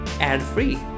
ad-free